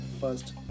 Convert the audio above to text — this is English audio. first